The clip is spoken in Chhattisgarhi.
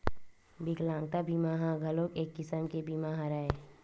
बिकलांगता बीमा ह घलोक एक किसम के बीमा हरय